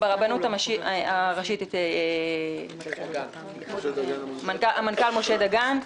ברבנות הראשית מול המנכ"ל משה דגן,